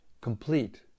complete